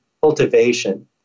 cultivation